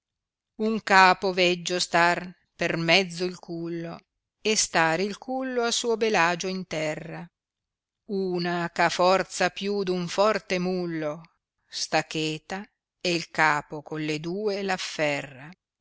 un capo veggio star per mezzo il cullo e star il cullo a suo bel agio in terra una e ha forza più d un forte mullo sta cheta e capo con le due l'afferra